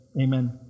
amen